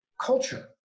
culture